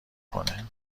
کنه